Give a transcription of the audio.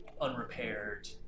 unrepaired